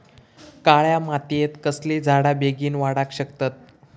काळ्या मातयेत कसले झाडा बेगीन वाडाक शकतत?